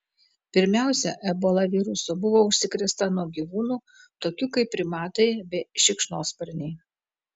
pirmiausia ebola virusu buvo užsikrėsta nuo gyvūnų tokių kaip primatai bei šikšnosparniai